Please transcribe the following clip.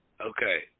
Okay